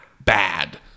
bad